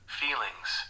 feelings